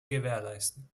gewährleisten